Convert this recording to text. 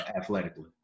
athletically